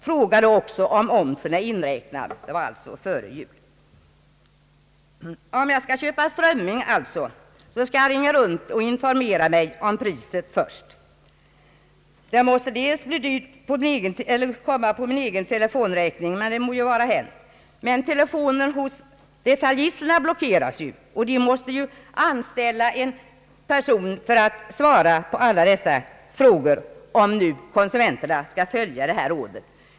Fråga då också om omsen är inräknad.» — Det var alltså före jul. Om jag skall köpa strömming, ska jag alltså ringa runt och informera mig om priset först. Det måste öka min telefonräkning, och det må nu vara hänt. Men telefonen hos detaljisten blockeras ju och där måste anställas en person för att svara på allas frågor, om nu konsumenterna följer detta råd.